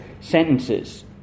sentences